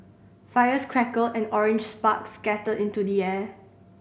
fires crackled and orange sparks scattered into the air